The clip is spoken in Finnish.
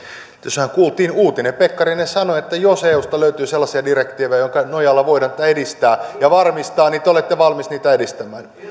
tässähän kuultiin uutinen pekkarinen sanoi että jos eusta löytyy sellaisia direktiivejä joiden nojalla voidaan tätä edistää ja varmistaa niin te olette valmis niitä edistämään